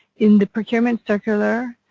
in the procurement circular,